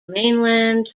mainland